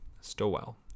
Stowell